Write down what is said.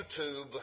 YouTube